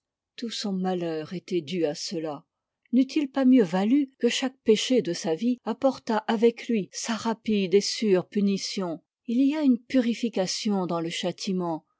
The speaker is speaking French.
tout son malheur était dû à cela n'eût-il pas mieux valu que chaque péché de sa vie apportât avec lui sa rapide et sûre punition il y a une purification dans le châtiment